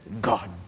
God